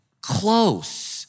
close